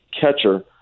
catcher